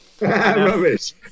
Rubbish